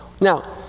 Now